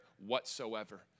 whatsoever